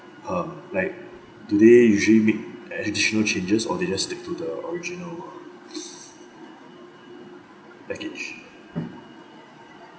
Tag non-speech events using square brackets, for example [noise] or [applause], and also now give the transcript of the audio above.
um like do they usually make additional changes or they just stick to the original um [breath] package